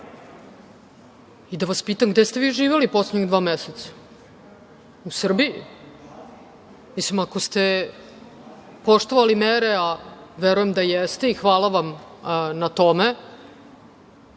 Da vas pitam, gde ste vi živeli poslednjih dva meseca? U Srbiji? Ako ste poštovali mere, a verujem da jeste i hvala vam na tome,